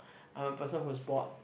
I'm a person who is bored